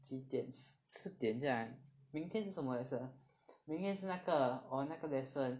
几点四四点这样啊明天是什么 lesson 明天是那个 orh 那个 lesson